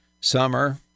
summer